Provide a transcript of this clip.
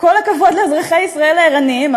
כל הכבוד לאזרחי ישראל הערניים.